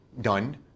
done